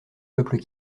peuples